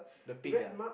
the peak ah